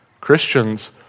Christians